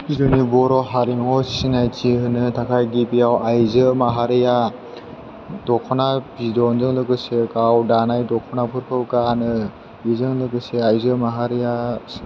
जोंनि बर' हारिमुवाव सिनायथि होनो थाखाय गिबियाव आइजो माहारिया दख'ना बिद'नजों लोगोसे गाव दानाय दख'नाफोरखौ गानो बिजों लोगोसे आइजो माहारिया